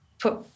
put